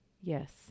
yes